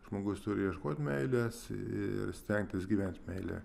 žmogus turi ieškot meilės ir stengtis gyvent meilėje